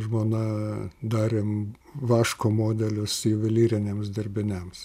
žmona darėm vaško modelius juvelyriniams dirbiniams